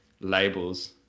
labels